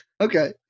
Okay